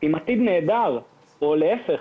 עם עתיד נהדר, או להפך,